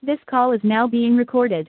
this call is now being recorded